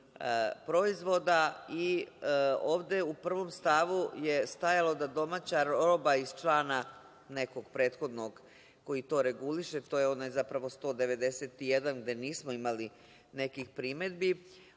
i ovde u prvom stavu je stajalo da domaća roba iz člana nekog prethodnog koji to reguliše, to je onaj zapravo 191. gde nismo imali nekih primedbi,